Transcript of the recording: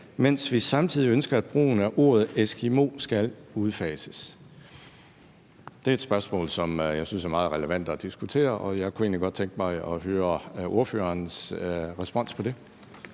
mens vi samtidig ønsker, at brugen af ordet eskimo skal udfases. Det er et spørgsmål, som jeg synes er meget relevant at diskutere, og jeg kunne egentlig godt tænke mig at høre ordførerens respons på det.